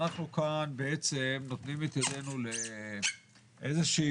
אנחנו כאן נותנים את ידינו לאיזה שהיא